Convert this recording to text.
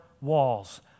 walls